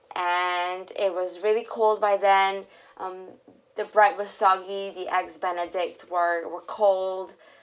and it was really cold by then um the bread was soggy the eggs benedict were were cold